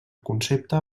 concepte